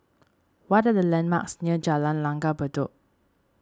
what are the landmarks near Jalan Langgar Bedok